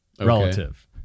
relative